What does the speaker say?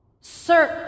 Search